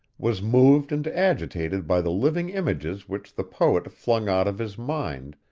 was moved and agitated by the living images which the poet flung out of his mind,